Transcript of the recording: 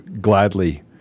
gladly